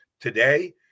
today